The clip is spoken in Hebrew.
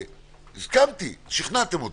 הסכמתי, שכנעתם אותי,